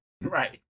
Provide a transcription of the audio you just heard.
Right